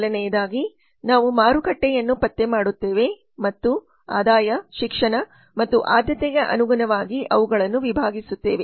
ಮೊದಲನೆಯದಾಗಿ ನಾವು ಮಾರುಕಟ್ಟೆಯನ್ನು ಪತ್ತೆ ಮಾಡುತ್ತೇವೆ ಮತ್ತು ಆದಾಯ ಶಿಕ್ಷಣ ಮತ್ತು ಆದ್ಯತೆಗೆ ಅನುಗುಣವಾಗಿ ಅವುಗಳನ್ನು ವಿಭಾಗಿಸುತ್ತೇವೆ